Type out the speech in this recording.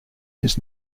his